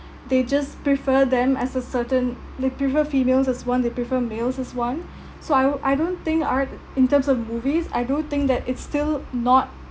they just prefer them as a certain they prefer females as one they prefer males as one so I I don't think art in terms of movies I do think that it's still not